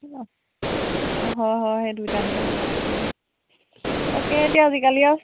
অঁ হয় হয় সেই দুইটালৈকে হ'ব তাকে তাকে এতিয়া আজিকালি আৰু